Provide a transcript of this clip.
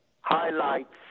highlights